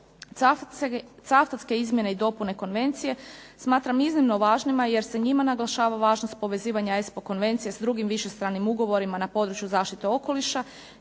Cavtatske izmjene i dopune konvencije, smatram iznimno važnima, jer se njima naglašava važnost povezivanja ESPO konvencije s drugim više stranim ugovorima na području zaštite okoliša,